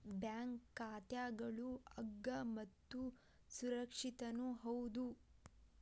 bank ಖಾತಾಗಳು ಅಗ್ಗ ಮತ್ತು ಸುರಕ್ಷಿತನೂ ಹೌದು